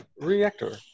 reactor